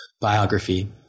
biography